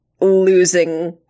losing